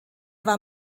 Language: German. war